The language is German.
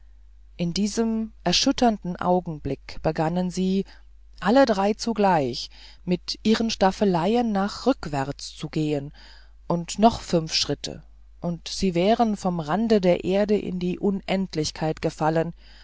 in diesem erschütternden augenblick begannen sie alle drei zugleich mit ihren staffeleien nach rückwärts zu gehen und noch fünf schritte und sie wären vom rande der erde in die unendlichkeit gefallen